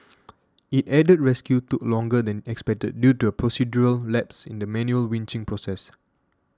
it added rescue took longer than expected due to a procedural lapse in the manual winching process